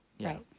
right